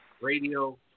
Radio